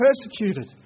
persecuted